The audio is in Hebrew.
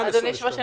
היושב-ראש,